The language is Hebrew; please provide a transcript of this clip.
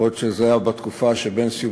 יכול להיות שזה היה בתקופה שבין סיום